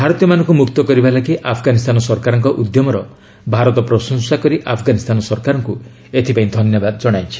ଭାରତୀୟମାନଙ୍କୁ ମୁକ୍ତ କରିବା ପାଇଁ ଆଫ୍ଗାନିସ୍ତାନ ସରକାରଙ୍କ ଉଦ୍ୟମର ଭାରତ ପ୍ରଶଂସା କରି ଆଫ୍ଗାନିସ୍ତାନ ସରକାରଙ୍କୁ ଧନ୍ୟବାଦ ଜଣାଇଛି